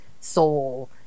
soul